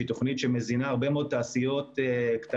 שהיא תוכנית שמזינה הרבה מאוד תעשיות גדולות